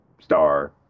star